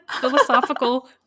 philosophical